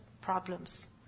problems